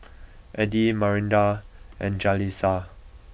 Addie Marinda and Jaleesa